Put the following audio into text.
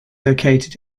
located